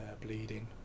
bleeding